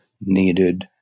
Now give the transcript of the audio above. needed